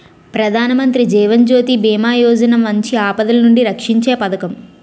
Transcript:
ప్రధానమంత్రి జీవన్ జ్యోతి బీమా యోజన మంచి ఆపదలనుండి రక్షీంచే పదకం